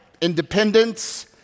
independence